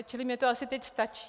Čili mně to asi teď stačí.